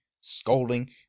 scolding